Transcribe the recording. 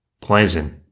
Pleasant